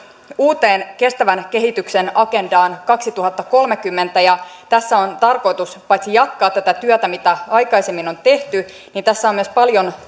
uuteen kestävän kehityksen agendaan kaksituhattakolmekymmentä ja paitsi että tässä on tarkoitus jatkaa tätä työtä mitä aikaisemmin on tehty niin tässä myös on paljon